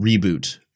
reboot